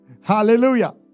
Hallelujah